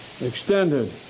extended